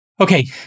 Okay